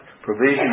provision